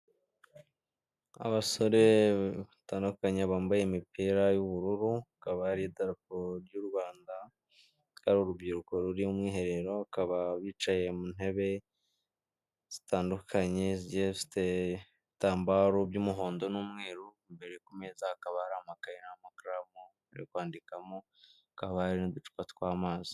Abasore batandukanye bambaye imipira y'ubururu hakaba hariho idarapo, ry'u Rwanda akaba ari urubyiruko ruri mu mwiherero, bakaba bicaye mu ntebe zitandukanye zigiye zifite ibitambaro by'umuhondo n'umweru, imbere ku meza hakaba hari amakaye n'amakaramu yo kwandikamo, hakaba hariho n'uducupa tw'amazi.